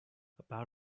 about